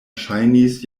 ŝajnis